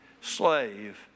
Slave